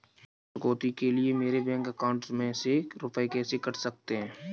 ऋण चुकौती के लिए मेरे बैंक अकाउंट में से रुपए कैसे कट सकते हैं?